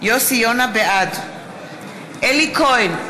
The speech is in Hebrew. בעד אלי כהן,